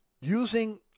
using